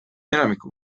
enamiku